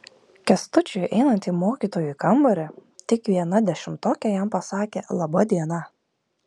kęstučiui einant į mokytojų kambarį tik viena dešimtokė jam pasakė laba diena